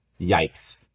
yikes